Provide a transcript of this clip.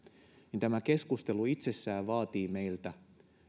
niin tämä keskustelu itsessään vaatii meiltä